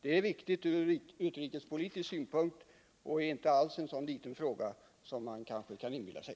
Det är viktigt ur utrikespolitisk synpunkt och inte alls en så liten fråga som man kanske kan inbilla sig.